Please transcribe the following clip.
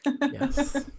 Yes